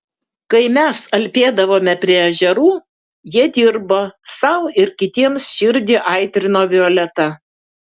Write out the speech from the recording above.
kai mes alpėdavome prie ežerų jie dirbo sau ir kitiems širdį aitrino violeta